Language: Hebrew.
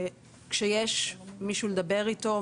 כשיש מישהו לדבר איתו,